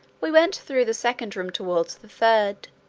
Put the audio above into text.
we went through the second room towards the third.